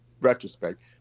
retrospect